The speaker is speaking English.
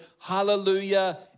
hallelujah